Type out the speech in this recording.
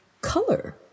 color